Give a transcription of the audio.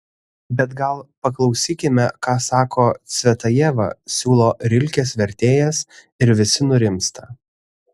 bet gal paklausykime ką sako cvetajeva siūlo rilkės vertėjas ir visi nurimsta